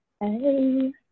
Hey